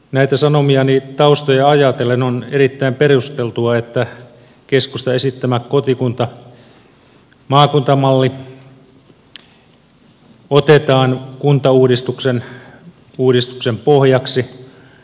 näitä sanomiani taustoja ajatellen on erittäin perusteltua että keskustan esittämä kotikuntamaakunta malli otetaan kuntauudistuksen pohjaksi